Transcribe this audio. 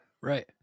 Right